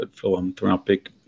philanthropic